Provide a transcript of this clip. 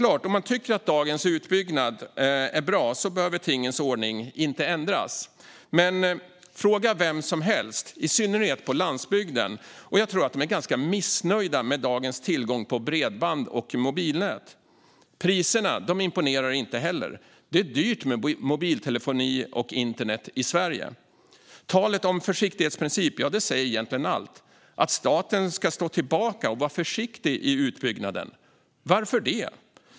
Om man tycker att dagens utbyggnad är bra behöver tingens ordning självfallet inte ändras. Men frågar man vem som helst, i synnerhet på landsbygden, får man nog höra att de är ganska missnöjda med dagens tillgång till bredband och mobilnät. Priserna imponerar inte heller. Det är dyrt med mobiltelefoni och internet i Sverige. Talet om försiktighetsprincip säger egentligen allt. Staten ska vara försiktig och stå tillbaka i utbyggnaden - varför då?